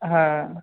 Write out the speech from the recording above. हॅं